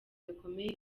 gakomeye